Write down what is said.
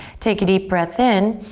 take a deep breath in.